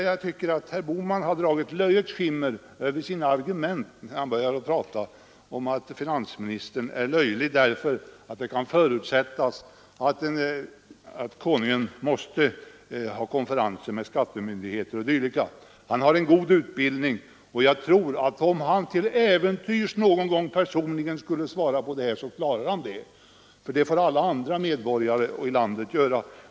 Jag tycker däremot att herr Bohman har dragit ett löjets skimmer över sina argument när han talar om att finansministern är löjlig, därför att det kan förutsättas att Konungen måste ha konferenser med skattemyndigheter o.d. Han har en god utbildning, och jag tror att om han till äventyrs någon gång personligen skulle tala med någon skattemyndighet, så skulle han klara det. Det får ju alla andra medborgare i landet göra.